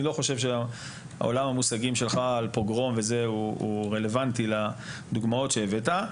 אני לא חושב שהעולם המושגים שלך על פוגרום הוא רלוונטי לדוגמאות שהבאת.